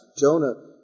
Jonah